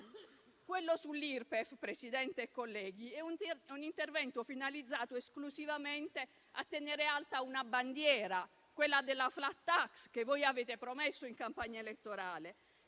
Quello sull'Irpef, Presidente e colleghi, è un intervento finalizzato esclusivamente a tenere alta una bandiera, quella della *flat tax*, che voi avete promesso in campagna elettorale,